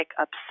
upset